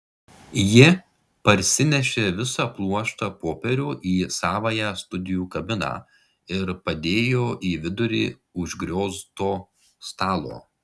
ji parsinešė visą pluoštą popierių į savąją studijų kabiną ir padėjo į vidurį užgriozto stalo